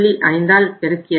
5 ஆகும்